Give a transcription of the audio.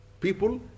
people